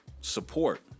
support